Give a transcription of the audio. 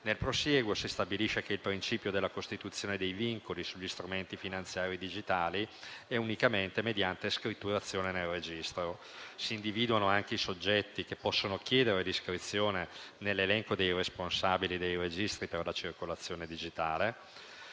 Nel prosieguo si stabilisce che il principio della costituzione dei vincoli sugli strumenti finanziari digitali è possibile unicamente mediante scritturazione nel registro; si individuano anche i soggetti che possono chiedere l'iscrizione nell'elenco dei responsabili dei registri per la circolazione digitale;